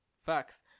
Facts